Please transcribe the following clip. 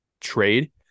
trade